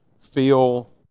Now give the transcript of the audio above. feel